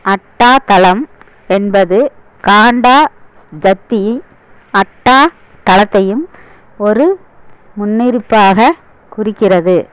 அட்டா தலம் என்பது காண்டா ஜத்தி அட்டா தலத்தையும் ஒரு முன்னிருப்பாக குறிக்கிறது